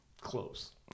close